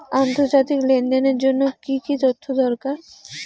আন্তর্জাতিক লেনদেনের জন্য কি কি তথ্য দরকার?